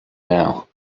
now